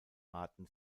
arten